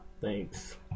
thanks